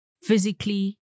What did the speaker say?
physically